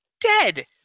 dead